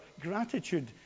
gratitude